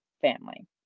family